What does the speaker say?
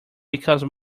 because